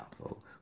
folks